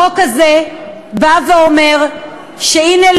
החוק הזה בא ואומר שהנה,